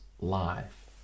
life